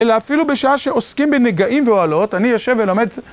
אלא אפילו בשעה שעוסקים בנגעים ואוהלות, אני יושב ולומד.